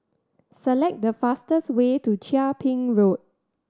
select the fastest way to Chia Ping Road